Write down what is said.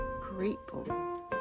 grateful